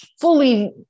fully